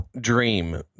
dream